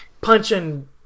punching